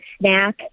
snack